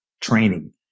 training